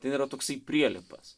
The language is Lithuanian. ten yra toksai prielipas